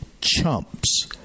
chumps